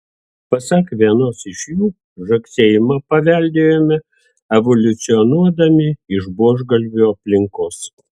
pasak vienos iš jų žagsėjimą paveldėjome evoliucionuodami iš buožgalvių aplinkos